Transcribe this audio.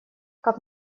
как